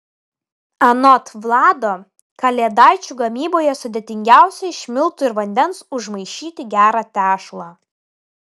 anot vlado kalėdaičių gamyboje sudėtingiausia iš miltų ir vandens užmaišyti gerą tešlą